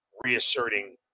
reasserting